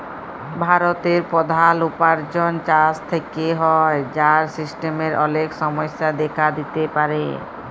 ভারতের প্রধাল উপার্জন চাষ থেক্যে হ্যয়, যার সিস্টেমের অলেক সমস্যা দেখা দিতে পারে